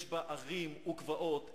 יש בה ערים וגבעות,